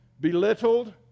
Belittled